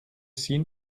seen